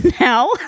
now